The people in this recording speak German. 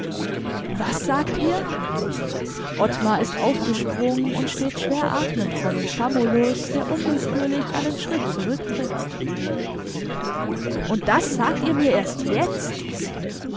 was sagt ihr ottmar ist aufgesprungen und steht schweratmend vor dem famulus der unwillkürlich einen schritt zurücktritt und das sagt ihr mir erst jetzt